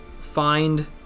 find